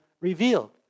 revealed